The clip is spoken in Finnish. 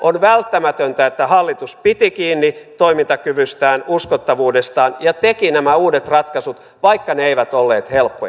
on välttämätöntä että hallitus piti kiinni toimintakyvystään uskottavuudestaan ja teki nämä uudet ratkaisut vaikka ne eivät olleet helppoja